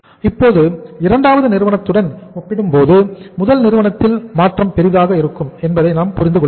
இப்போது இரண்டாவது நிறுவனத்துடன் ஒப்பிடும்போது முதல் நிறுவனத்தில் மாற்றம் பெரிதாக இருக்கும் என்பதை நாம் புரிந்து கொள்கிறோம்